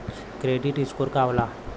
Credit score का होला?